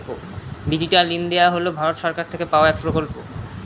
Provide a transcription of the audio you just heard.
digital India হল ভারত সরকার থেকে পাওয়া এক প্রকল্প